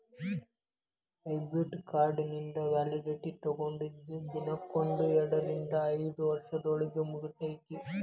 debit ಕಾರ್ಡಿಂದು validity ತೊಗೊಂಡದ್ ದಿನಾಂಕ್ದಿಂದ ಎರಡರಿಂದ ಐದ್ ವರ್ಷದೊಳಗ ಮುಗಿತೈತಿ